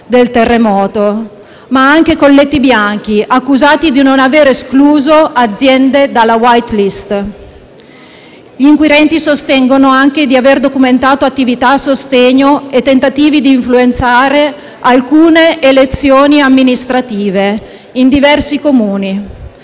del terremoto, ma anche colletti bianchi accusati di non aver escluso aziende dalla *white list.* Gli inquirenti sostengono anche di aver documentato attività a sostegno e tentativi di influenzare alcune elezioni amministrative in diversi Comuni,